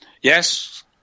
Yes